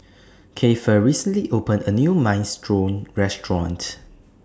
Keifer recently opened A New Minestrone Restaurant